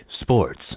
sports